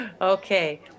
Okay